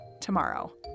tomorrow